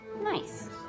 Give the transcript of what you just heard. Nice